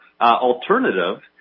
alternative